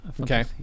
Okay